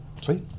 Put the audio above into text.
Sweet